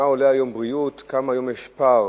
כמה עולה היום בריאות, כמה יש פער